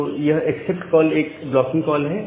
तो यह accept call एक ब्लॉकिंग कॉल है